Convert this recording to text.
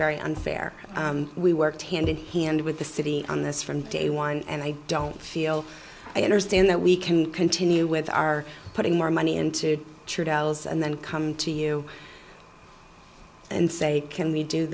very unfair we worked hand in hand with the city on this from day one and i don't feel i understand that we can continue with our putting more money into true dowels and then come to you and say can we do